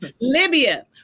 Libya